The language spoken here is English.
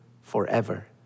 forever